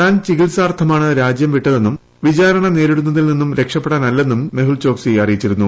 താൻ ചികി ത്സാർത്ഥമാണ് രാജൃം വിട്ടതെന്നും വിചാരണ നേരിടുന്നതിൽ നിന്നും രക്ഷപ്പെടാനല്ലെന്നും മെഹുൽ ചോക്സി അറിയിച്ചിരുന്നു